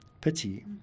pity